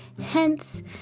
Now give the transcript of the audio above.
hence